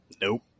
Nope